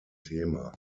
thema